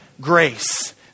grace